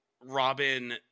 Robin